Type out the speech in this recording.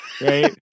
right